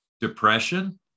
Depression